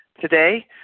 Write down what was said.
Today